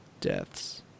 deaths